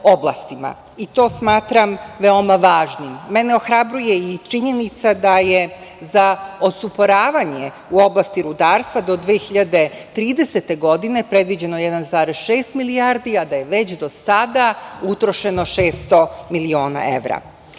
To smatram veoma važnim. Mene ohrabruje i činjenica da je za osumoravanje u oblasti rudarstva do 2030. godine, predviđeno 1,6 milijardi, a da je već do sada utrošeno 600 miliona evra. Kada